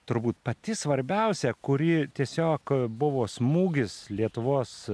turbūt pati svarbiausia kuri tiesiog buvo smūgis lietuvos